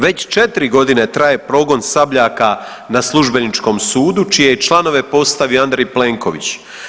Već 4 godine traje progon Sabljaka na Službeničkom sudu čije je članove postavio Andrej Plenković.